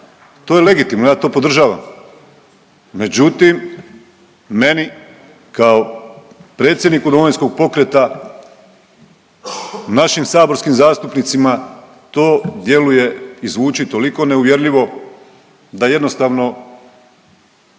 to je legitimno, ja to podržavam međutim meni kao predsjedniku Domovinskog pokreta, našim saborskim zastupnicima to djeluje i zvuči toliko neuvjerljivo da jednostavno